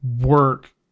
work